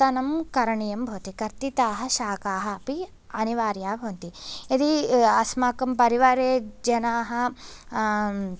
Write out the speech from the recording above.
कर्तनं करणीयं भवति कर्तिताः शाकाः अपि अनिवार्याः भवन्ति यदि अस्माकं परिवारे जनाः